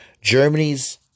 Germany's